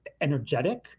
energetic